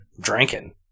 drinking